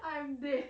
I am 对